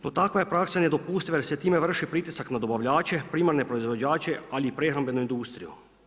No takav je praksa nedopustiva jer se time vrši pritisak na dobavljače, primarne proizvođače, ali i prehrambenu industriju.